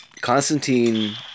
Constantine